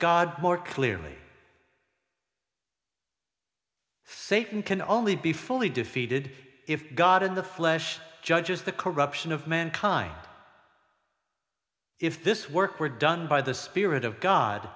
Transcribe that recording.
god more clearly satan can only be fully defeated if god in the flesh judges the corruption of mankind if this work were done by the spirit of god